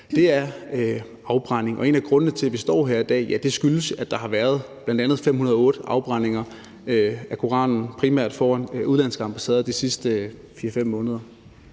være, er afbrænding. Og en af grundene til, at vi står her i dag, er, at der har været bl.a. 508 afbrændinger af koranen, primært foran udenlandske ambassader de sidste 4-5 måneder.